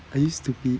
are you stupid